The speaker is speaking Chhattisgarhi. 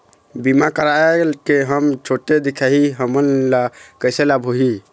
बीमा कराए के हम छोटे दिखाही हमन ला कैसे लाभ होही?